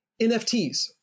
NFTs